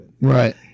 Right